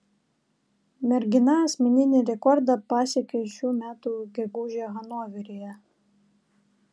mergina asmeninį rekordą pasiekė šių metų gegužę hanoveryje